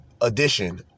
edition